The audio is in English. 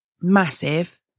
massive